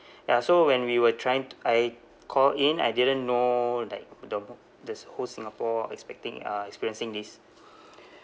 ya so when we were tryin~ I call in I didn't know like the there's whole singapore expecting uh experiencing this